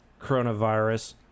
coronavirus